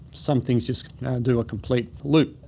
some things just do a complete loop.